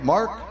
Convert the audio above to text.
Mark